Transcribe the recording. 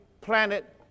planet